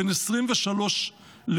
בן 23 בנופלו.